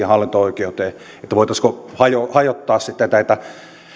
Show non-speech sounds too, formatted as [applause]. [unintelligible] hallinto oikeuteen niin voitaisiinko hajottaa hajottaa näitä